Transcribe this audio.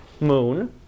moon